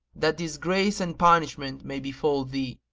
that disgrace and punishment may befal thee!